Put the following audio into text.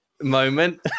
moment